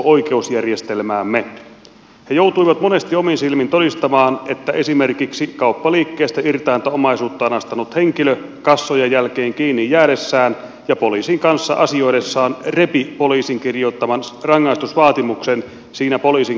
he joutuivat monesti omin silmin todistamaan että esimerkiksi kauppaliikkeestä irtainta omaisuutta anastanut henkilö kassojen jälkeen kiinni jäädessään ja poliisin kanssa asioidessaan repi poliisin kirjoittaman rangaistusvaatimuksen siinä poliisin kasvojen edessä